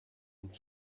und